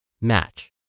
match